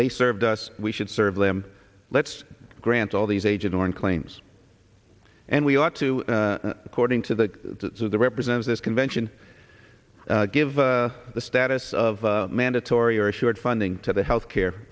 they served us we should serve them let's grant all these agent orange claims and we ought to according to the the represents this convention give the status of mandatory or short funding to the health care